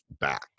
back